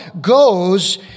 goes